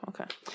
okay